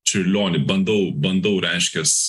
čiurlionį bandau bandau reiškias